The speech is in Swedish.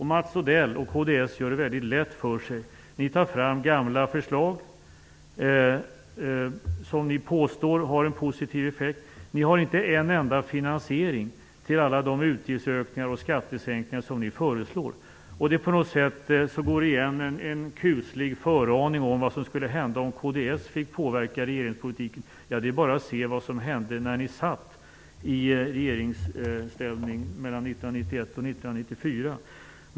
Mats Odell och kds gör det väldigt lätt för sig. Ni tar fram gamla förslag som ni påstår har en positiv effekt. Ni har inte en enda finansiering till alla de utgiftsökningar och skattesänkningar som ni föreslår. På något sätt går det igen en kuslig föraning om vad som skulle hända om kds fick påverka regeringspolitiken. Det är bara att se vad som hände när ni satt i regeringsställning mellan 1991 och 1994.